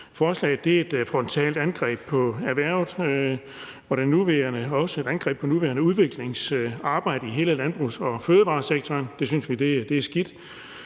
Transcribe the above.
Forslaget er et frontalt angreb på erhvervet og også et angreb på det nuværende udviklingsarbejde i hele landbrugs- og fødevaresektoren. Det synes vi er skidt.